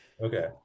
Okay